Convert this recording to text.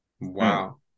Wow